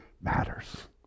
matters